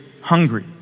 hungry